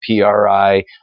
PRI